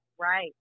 Right